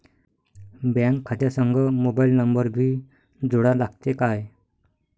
Bank खात्या संग mobile number भी जोडा लागते काय?